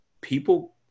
people